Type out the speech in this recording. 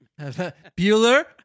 Bueller